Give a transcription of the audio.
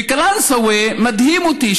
בקלנסווה, זה מדהים אותי.